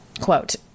quote